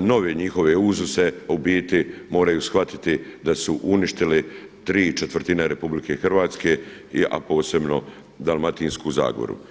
nove njihove uzuse moraju shvatiti da su uništili ¾ RH, a posebno Dalmatinsku zagoru.